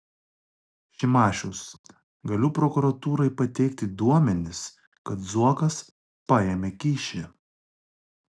šimašius galiu prokuratūrai pateikti duomenis kad zuokas paėmė kyšį